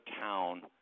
town